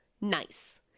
Nice